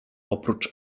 oprócz